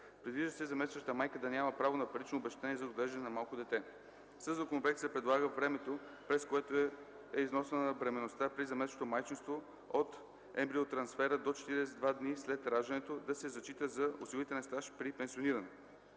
Предвижда се заместващата майка да няма право на парично обезщетение за отглеждане на малко дете. Със законопроекта се предлага времето, през което е износвана бременността при заместващо майчинство, от ембриотрансфера до 42 дни след раждането, да се зачита за осигурителен стаж при пенсиониране.